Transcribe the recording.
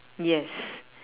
yes